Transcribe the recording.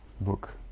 book